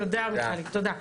תודה מיכל, תודה.